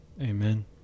Amen